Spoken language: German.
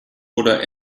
oder